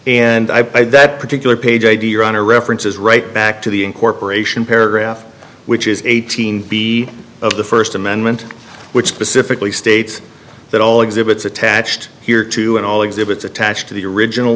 and i by that particular page i do your honor references right back to the incorporation paragraph which is eighteen b of the first amendment which specifically states that all exhibits attached here too and all exhibits attached to the original